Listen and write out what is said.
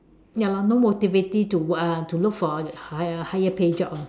ya lor no motivation uh to look for higher higher pay job lor